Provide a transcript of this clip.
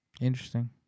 Interesting